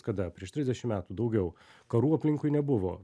kada prieš trisdešimt metų daugiau karų aplinkui nebuvo